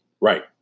right